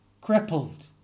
crippled